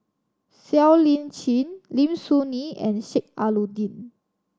Siow Lee Chin Lim Soo Ngee and Sheik Alau'ddin